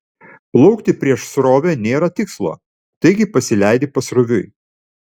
plaukti prieš srovę nėra tikslo taigi pasileidi pasroviui